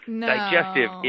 digestive